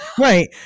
right